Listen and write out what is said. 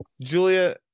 Julia